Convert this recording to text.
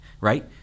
right